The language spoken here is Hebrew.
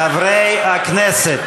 חברי הכנסת,